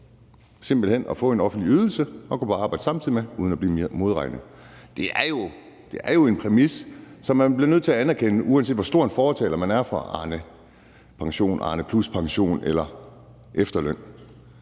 i det at få en offentlig ydelse og samtidig gå på arbejde uden at blive modregnet. Det er jo en præmis, som man bliver nødt til at anerkende, uanset hvor stor en fortaler man er for Arnepensionen, Arnepluspensionen eller efterlønnen.